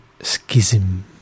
Schism